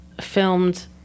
filmed